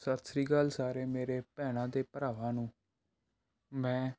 ਸਤਿ ਸ਼੍ਰੀ ਅਕਾਲ ਸਾਰੇ ਮੇਰੇ ਭੈਣਾਂ ਅਤੇ ਭਰਾਵਾਂ ਨੂੰ ਮੈਂ